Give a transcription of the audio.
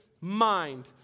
mind